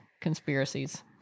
conspiracies